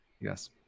Yes